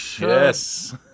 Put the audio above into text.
Yes